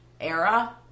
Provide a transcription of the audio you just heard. era